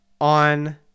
on